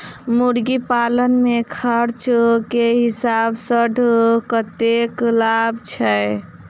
मुर्गी पालन मे खर्च केँ हिसाब सऽ कतेक लाभ छैय?